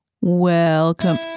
welcome